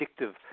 addictive